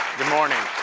good morning.